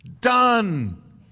done